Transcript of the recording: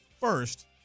first